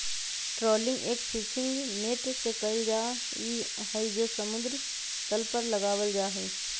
trawling एक fishing net से कइल जाहई जो समुद्र तल पर लगावल जाहई